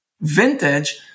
vintage